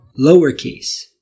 lowercase